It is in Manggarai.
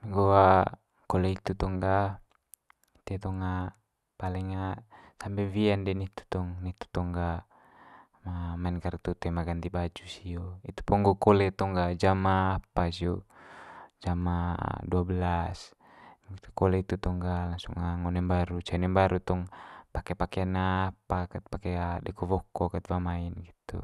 Eme nggo kole itu tong ga ite tong paling sampe wie'n di nitu tong, nitu tong ga manga maen kartu toe ma ganti baju sio. Itu po nggo kole tong ga jam apa sio jam duabelas. Eme nggitu kole itu tong ga langsung ngo one mbaru, cai one mbaru tong pake pakian apa ket pake deko wokok ket wa mai'n nggitu.